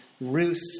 Ruth